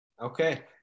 Okay